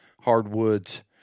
hardwoods